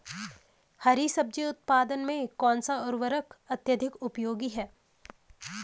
हरी सब्जी उत्पादन में कौन सा उर्वरक अत्यधिक उपयोगी है?